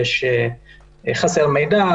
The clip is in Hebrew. לפעמים חסר מידע,